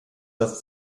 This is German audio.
das